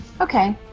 Okay